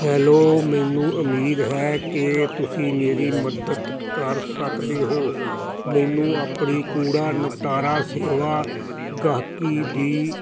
hello ਮੈਨੂੰ ਉਮੀਦ ਹੈ ਕਿ ਤੁਸੀਂ ਮੇਰੀ ਮਦਦ ਕਰ ਸਕਦੇ ਹੋ ਮੈਨੂੰ ਆਪਣੀ ਕੂੜਾ ਨਿਪਟਾਰਾ ਸੇਵਾ ਗਾਹਕੀ ਦੀ